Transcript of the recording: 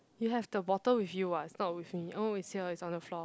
you have the bottle with you [what] it's not with me oh it's here it's on the floor